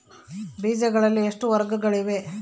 ಬೇಜಗಳಲ್ಲಿ ಎಷ್ಟು ವರ್ಗಗಳಿವೆ?